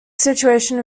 situation